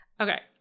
Okay